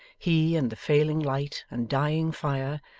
he, and the failing light and dying fire,